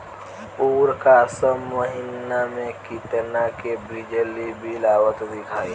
ओर का सब महीना में कितना के बिजली बिल आवत दिखाई